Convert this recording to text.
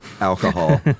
alcohol